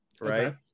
right